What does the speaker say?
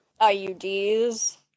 iud's